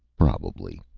probably.